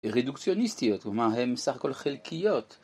רדוקציוניסטיות, זאת אומרת, הן סך הכול חלקיות.